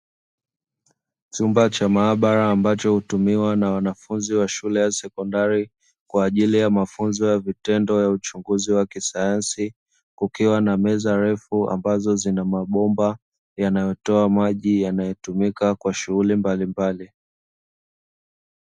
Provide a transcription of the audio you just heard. Chumba cha maabala ambayo hutuumiwa na wanafunzi wa shule ya sekondali kwa ajili yamafunzo ya vitendo ya uchunguzi wakisayansi, kukiwa na meza ndefu anambazo zina mabomba yanayotoa maji yanayo tumika kwa shughuli mbalimbali.